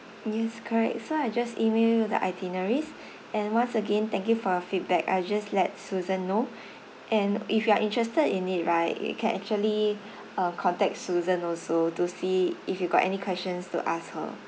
yes correct so I just email you the itineraries and once again thank you for your feedback I'll just let susan know and if you are interested in it right you can actually uh contact susan also to see if you got any questions to ask her